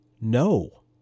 No